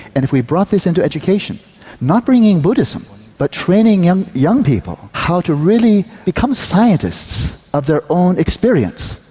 and if we brought this into education not bringing in buddhism but training young young people how to really become scientists of their own experience,